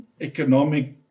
economic